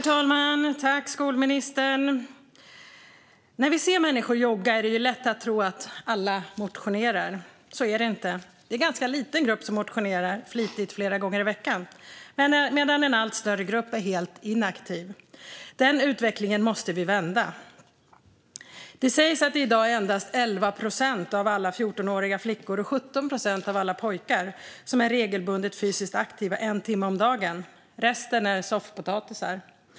Herr talman! När vi ser människor jogga är det lätt att tro att alla motionerar. Så är det inte. Det är en ganska liten grupp som motionerar flitigt, flera gånger i veckan, medan en allt större grupp är helt inaktiv. Den utvecklingen måste vi vända. Det sägs att det i dag endast är 11 procent av alla 14-åriga flickor och 17 procent alla pojkar som är regelbundet fysiskt aktiva en timme om dagen. Resten är soffpotatisar.